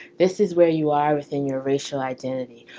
this is where you are within your racial identity.